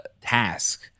task